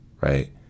right